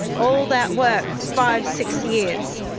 all that work, five, six years,